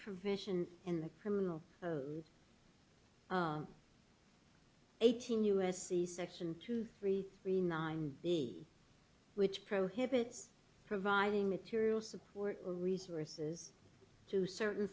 provision in the criminal code eighteen u s c section two three three nine b which prohibits providing material support or resources to certain